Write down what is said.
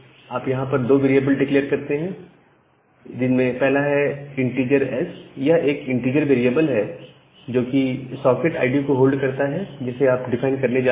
आप यहां पर 2 वेरिएबल डिक्लेयर करते हैं जिसमें पहला है इनटीजर एस यह एक इनटीजर वेरिएबल है जो सॉकेट आईडी को होल्ड करता है जिसे आप डिफाइन करने जा रहे हैं